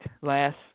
Last